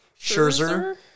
Scherzer